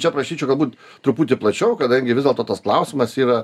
čia prašyčiau galbūt truputį plačiau kadangi vis dėlto tas klausimas yra